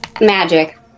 Magic